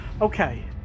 okay